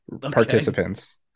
participants